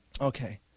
Okay